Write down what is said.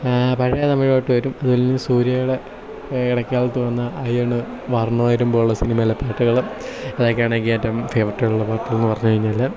പഴയ തമിഴ് പാട്ട് വരും അതുപോലെ തന്നെ സൂര്യയുടെ ഇടക്കാലത്ത് വന്ന അയൻ വാരണം ആയിരം പോലെയുള്ള സിനിമയിലെ പാട്ടുകൾ അതൊക്കെയാണ് എനിക്ക് ഏറ്റവും ഫേവറേറ്റ് ആയിട്ടുള്ള പാട്ടുകൾ എന്ന് പറഞ്ഞു കഴിഞ്ഞാൽ